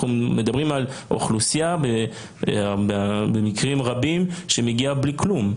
אנחנו מדברים על אוכלוסייה במקרים רבים שמגיעה בלי כלום,